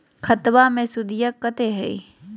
खतबा मे सुदीया कते हय?